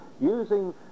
using